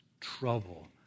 trouble